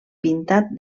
pintat